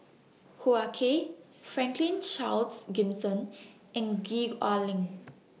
Hoo Ah Kay Franklin Charles Gimson and Gwee Ah Leng